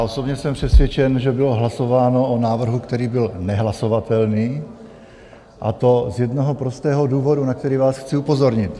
Osobně jsem přesvědčen, že bylo hlasováno o návrhu, který byl nehlasovatelný, a to z jednoho prostého důvodu, na který vás chci upozornit.